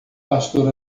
pastor